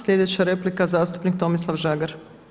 Sljedeća replika zastupnik Tomislav Žagar.